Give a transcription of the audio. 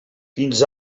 fins